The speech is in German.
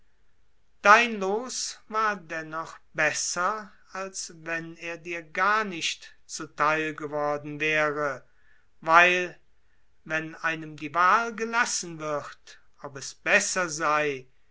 dein loos war dennoch besser als wenn er dir gar nichts zu theil geworden wäre weil wenn einem die wahl gelassen wird ob es besser sei